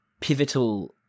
pivotal